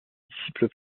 disciple